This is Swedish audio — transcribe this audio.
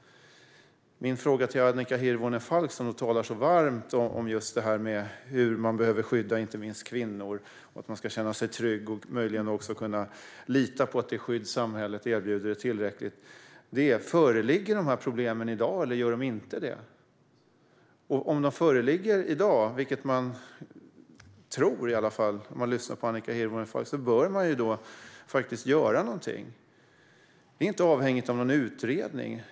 Annika Hirvonen Falk talar så varmt om det här med att man behöver skydda inte minst kvinnor för att de ska känna sig trygga och möjligen också kunna lita på att det skydd som samhället erbjuder är tillräckligt. Jag undrar om de här problemen föreligger i dag eller inte. Om problemen föreligger i dag, vilket man i alla fall tror när man lyssnar på Annika Hirvonen Falk, bör någonting göras. Det är inte avhängigt av någon utredning.